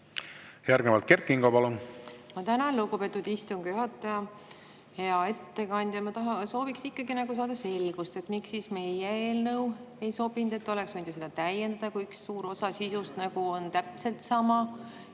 Järgnevalt Kert Kingo, palun! Ma tänan, lugupeetud istungi juhataja! Hea ettekandja! Ma soovin ikkagi nagu saada selgust, miks meie eelnõu ei sobinud. Oleks võinud ju seda täiendada, kui üks suur osa sisust nagu on täpselt sama,